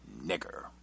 nigger